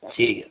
ठीक है